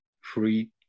free